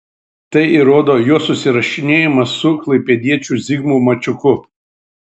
tai įrodo jo susirašinėjimas su klaipėdiečiu zigmu mačiuku